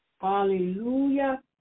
Hallelujah